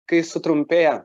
kai sutrumpėja